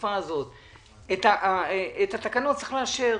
את התקנות צריך לאשר.